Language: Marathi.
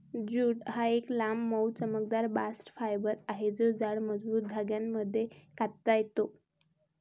ज्यूट हा एक लांब, मऊ, चमकदार बास्ट फायबर आहे जो जाड, मजबूत धाग्यांमध्ये कातता येतो